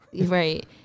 Right